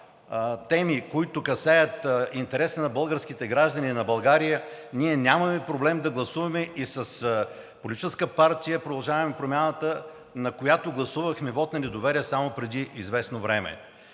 теми, които касаят интереса на българските граждани, ние нямаме проблем да гласуваме с Политическа партия „Продължаваме Промяната“, на която гласувахме вот на недоверие само преди известно време.